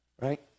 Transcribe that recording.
Right